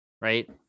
right